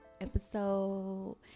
episode